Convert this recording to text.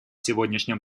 сегодняшнем